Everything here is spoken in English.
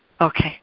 Okay